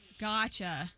gotcha